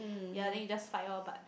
ya then he just fight lor but